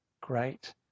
great